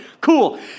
Cool